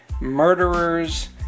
murderers